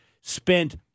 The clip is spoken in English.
spent